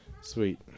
Sweet